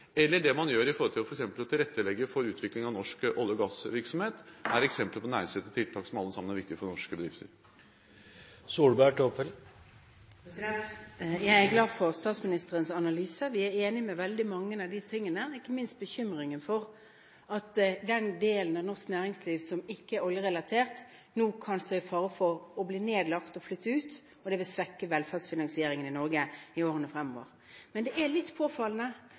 eller det man gjør f.eks. med å tilrettelegge for utvikling av norsk olje- og gassvirksomhet. Dette er eksempler på næringsrettede tiltak som er viktige for norske bedrifter. Jeg er glad for statsministerens analyse. Vi er enig i veldig mye av disse tingene, ikke minst bekymringen for at den delen av norsk næringsliv som ikke er oljerelatert, nå kan stå i fare for å bli nedlagt og flyttet ut. Det vil svekke velferdsfinansieringen i Norge i årene fremover. Men det er litt påfallende